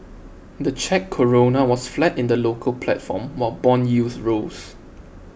the Czech Koruna was flat in the local platform while bond yields rose